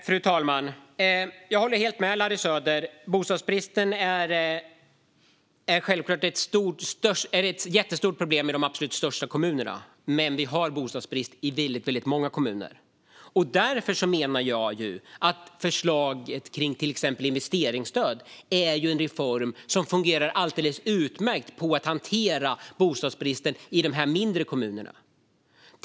Fru talman! Jag håller med Larry Söder. Även om bostadsbristen är störst i de stora kommunerna har många andra kommuner också bostadsbrist. Därför är investeringsstödet en reform som fungerar utmärkt för att hantera bostadsbristen i de mindre kommunerna.